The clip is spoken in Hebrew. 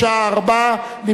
בשעה 16:00,